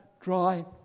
dry